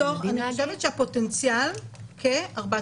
אני חושבת שהפוטנציאל הוא כ-4,000.